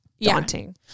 daunting